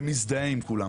ומזדהה עם כולם.